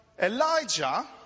Elijah